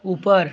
ऊपर